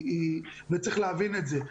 צריך להבין את זה.